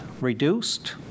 reduced